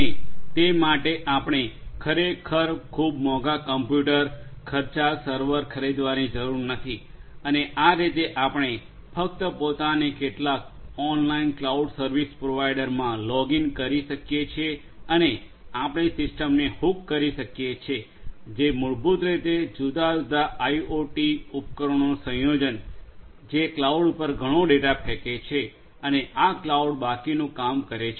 અને તે માટે આપણે ખરેખર ખૂબ મોંઘા કમ્પ્યુટર ખર્ચાળ સર્વર ખરીદવાની જરૂર નથી અને આ રીતે આપણે ફક્ત પોતાને કેટલાક ઓનલાઇન ક્લાઉડ સર્વિસ પ્રોવાઇડર માં લોગ ઇન કરી શકીએ છીએ અને આપણે સિસ્ટમને હૂક કરી શકીએ છીએ જે મૂળભૂત રીતે જુદા જુદા આઈઓટી ઉપકરણોનું સંયોજન જે ક્લાઉડ પર ઘણો ડેટા ફેંકે છે અને આ ક્લાઉડ બાકીનું કામ કરે છે